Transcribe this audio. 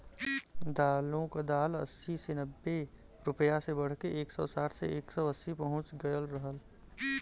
दालों क दाम अस्सी से नब्बे रुपया से बढ़के एक सौ साठ से एक सौ अस्सी पहुंच गयल रहल